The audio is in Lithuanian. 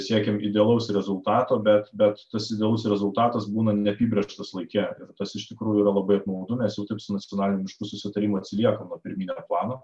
siekiam idealaus rezultato bet bet tas idealus rezultatas būna neapibrėžtas laike ir tas iš tikrųjų yra labai apmaudu mes jau taip su nacionaliniu susitarimu atsiliekam nuo pirminio plano